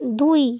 দুই